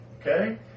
Okay